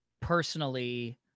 personally